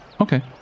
Okay